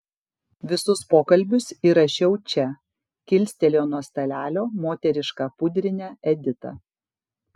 visus pokalbius įrašiau čia kilstelėjo nuo stalelio moterišką pudrinę edita